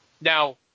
Now